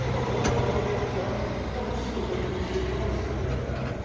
a but while ago they judged, no, this is the way we should go, as a matter of fact.